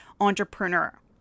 entrepreneur